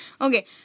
Okay